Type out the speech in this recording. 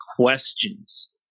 questions